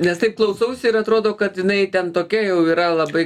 nes taip klausausi ir atrodo kad jinai ten tokia jau yra labai